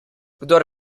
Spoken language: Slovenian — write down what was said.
kdor